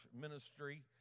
ministry